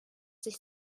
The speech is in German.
sich